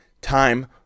time